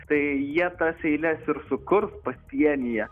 tai jie tas eiles ir sukurs pasienyje